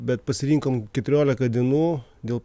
bet pasirinkom keturiolika dienų dėl